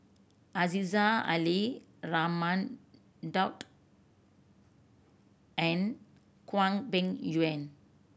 Aziza Ali Raman Daud and Hwang Peng Yuan